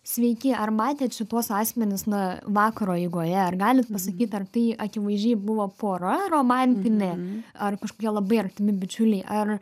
sveiki ar matėt šituos asmenis na vakaro eigoje ar galit pasakyt ar tai akivaizdžiai buvo pora romantinė ar kažkokie labai artimi bičiuliai ar